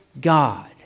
God